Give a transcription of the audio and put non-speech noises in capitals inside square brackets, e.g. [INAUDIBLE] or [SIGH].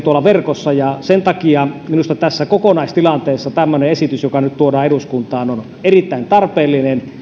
[UNINTELLIGIBLE] tuolla verkossa ja sen takia minusta tässä kokonaistilanteessa tämmöinen esitys joka nyt tuodaan eduskuntaan on erittäin tarpeellinen